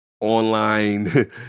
online